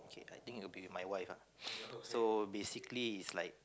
I think will be with my wife ah so basically is like